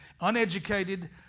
Uneducated